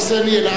אלא אבא שלו,